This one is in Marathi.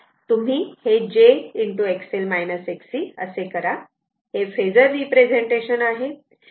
तुम्ही हे j असे करा हे फेजर रिप्रेझेंटेशन आहे